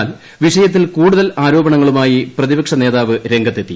എന്നാൽ വിഷയത്തിൽ കൂടുതൽ ആരോപണങ്ങളുമായി പ്രതിപക്ഷ നേതാവ് രംഗത്തെത്തി